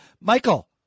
Michael